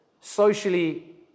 socially